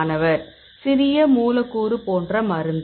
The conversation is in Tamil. மாணவர் சிறிய மூலக்கூறு போன்ற மருந்து